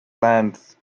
plans